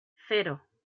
cero